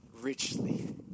richly